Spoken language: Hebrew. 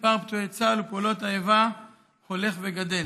מספר פצועי צה"ל ופעולות האיבה הולך וגדל.